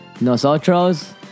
Nosotros